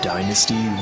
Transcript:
Dynasty